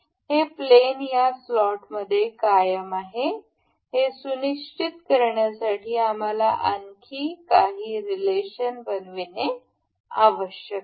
हे प्लेन या स्लॉटमध्ये कायम आहे हे सुनिश्चित करण्यासाठी आम्हाला आणखी काही रीलेशन बनविणे आवश्यक आहे